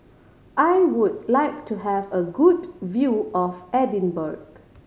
I would like to have a good view of Edinburgh